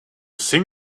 sing